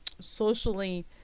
socially